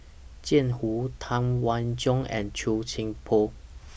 Jiang Hu Tam Wai Jia and Chua Thian Poh